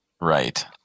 right